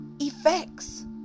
effects